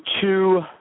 two